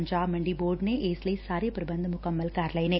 Punjab Mandi board ਨੇ ਇਸ ਲਈ ਸਾਰੇ ਪ੍ਰਬੰਧ ਮੁਕੰਮਲ ਕਰ ਲਏ ਨੇ